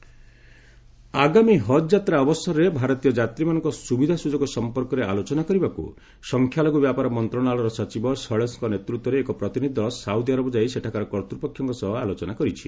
ହଜ୍ arrangement ଆଗାମୀ ହଜ୍ ଯାତ୍ରା ଅବସରରେ ଭାରତୀୟ ଯାତ୍ରୀମାନଙ୍କ ସୁବିଧା ସୁଯୋଗ ସମ୍ପର୍କରେ ଆଲୋଚନା କରିବାକୁ ସଂଖ୍ୟାଲଘୁ ବ୍ୟାପାର ମନ୍ତ୍ରଶାଳୟର ସଚିବ ଶୈଳେଶଙ୍କ ନେତୃତ୍ୱରେ ଏକ ପ୍ରତିନିଧି ଦଳ ସାଉଦିଆରବ ଯାଇ ସେଠାକାର କର୍ତ୍ତ୍ୱପକ୍ଷଙ୍କ ସହ ଆଲୋଚନା କରିଛି